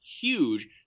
huge